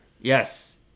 Yes